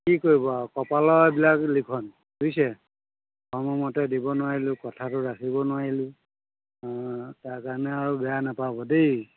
কি কৰিব আৰু কপালৰ এইবিলাক লিখন বুজিছে সময়মতে দিব নোৱাৰিলোঁ কথাটো ৰাখিব নোৱাৰিলোঁ তাৰ কাৰণে আৰু বেয়া নোপাব দেই